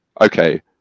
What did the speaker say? okay